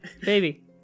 Baby